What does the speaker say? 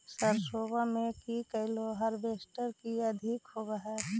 सरसोबा मे की कैलो हारबेसटर की अधिक होब है?